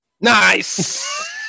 Nice